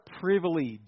privilege